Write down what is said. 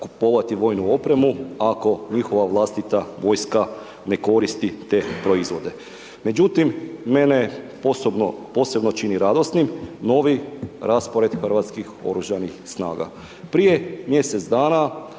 kupovati vojnu opremu ako njihova vlastita vojska ne koristi te proizvode. Međutim, mene posebno čini radosnim novi raspored hrvatskih oružanih snaga.